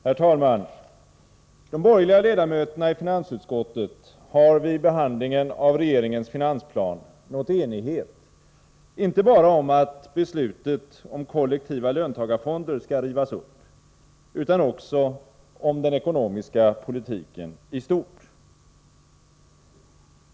Herr talman! De borgerliga ledamöterna i finansutskottet har vid behandlingen av regeringens finansplan nått enighet, inte bara om att beslutet om kollektiva löntagarfonder skall rivas upp utan också om den ekonomiska politiken i stort.